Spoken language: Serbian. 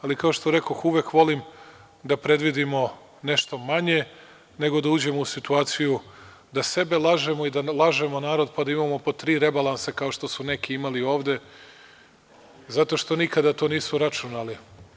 Ali, kao što rekoh, uvek volim da predvidimo nešto manje, nego da uđemo u situaciju da sebe lažemo i da lažemo narod, pa da imamo po tri rebalansa, kao što su neki imali ovde, zato što nikada to nisu računali.